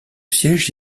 siège